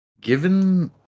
given